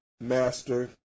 master